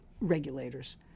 regulators